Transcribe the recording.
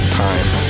time